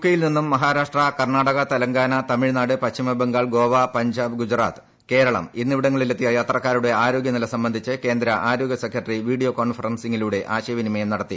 K യിൽ നിന്നും മഹാരാഷ്ട്ര കർണാടക തെലങ്കാന തമിഴ്നാട് പശ്ചിമ ബംഗാൾ ഗോവ പഞ്ചാബ് ഗുജറാത്ത് കേരളം എന്നിവിടങ്ങളിലെത്തിയ യാത്രക്കാരുടെ ആരോഗ്യനില സംബന്ധിച്ച് കേന്ദ്ര ആരോഗ്യ സെക്രട്ടറി വീഡിയോട് കോൺഫറൻസിലൂടെ ആശയവിനിമയം നടത്തി